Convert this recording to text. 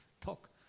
talk